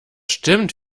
stimmt